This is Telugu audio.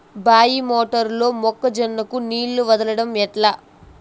బాయి మోటారు లో మొక్క జొన్నకు నీళ్లు వదలడం ఎట్లా?